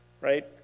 right